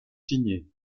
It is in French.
signés